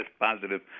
positive